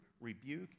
rebuke